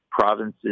provinces